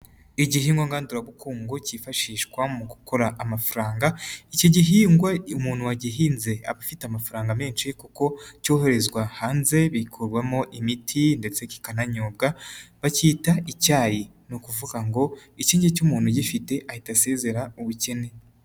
Igihingwa ngandurabukungu cyifashishwa mu gukora amafaranga, iki gihingwa umuntu wagihinze aba afite amafaranga menshi kuko cyoherezwa hanze, bikorwamo imiti ndetse kikananyobwa, bacyita icyayi, ni ukuvuga ngo iki ngiki umuntu ugifite ahita asezezera ubukene.